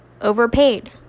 overpaid